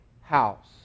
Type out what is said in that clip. house